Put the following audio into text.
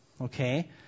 okay